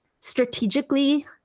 strategically